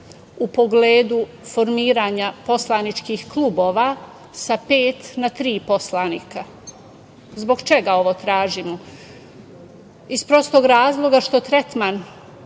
u pogledu formiranja poslaničkih klubova, sa pet na tri poslanika. Zbog čega ovo tražimo? Iz prostog razloga što tretman